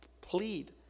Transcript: plead